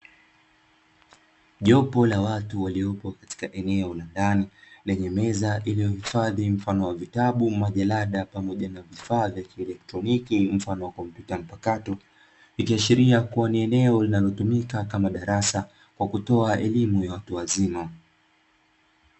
Jopo la watu waliyopo katika eneo la ndani lenye meza iliyohifadhi mfano wa vitabu, majalada pamoja na vifaa vya kielektroniki mfano wa kompyuta mpakato, ikiashiria kuwa ni eneo linalotumika kama darasa kwa kutoa elimu ya watu wazima.